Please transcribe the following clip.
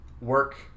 work